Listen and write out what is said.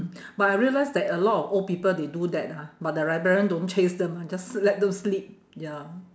but I realise that a lot of old people they do that ah but the librarian don't chase them [one] just let them sleep ya